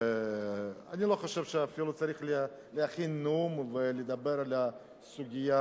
ואני לא חושב שאפילו צריך להכין נאום ולדבר על הסוגיה,